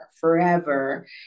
forever